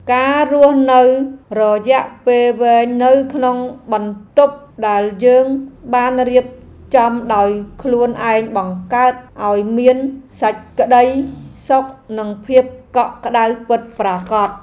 ការរស់នៅរយៈពេលវែងនៅក្នុងបន្ទប់ដែលយើងបានរៀបចំដោយខ្លួនឯងបង្កើតឱ្យមានសេចក្ដីសុខនិងភាពកក់ក្ដៅពិតប្រាកដ។